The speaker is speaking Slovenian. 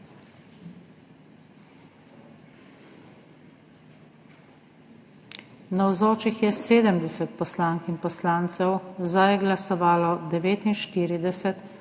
Navzočih je 70 poslank in poslancev, za je glasovalo 49, proti